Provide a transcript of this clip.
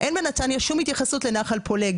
אין בנתניה שום התייחסות לנחל פולג,